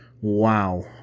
Wow